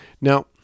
Now